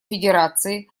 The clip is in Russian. федерации